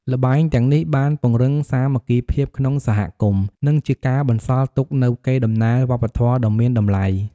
ល្បែងទាំងនេះបានពង្រឹងសាមគ្គីភាពក្នុងសហគមន៍ និងជាការបន្សល់ទុកនូវកេរ្តិ៍ដំណែលវប្បធម៌ដ៏មានតម្លៃ។